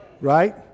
Right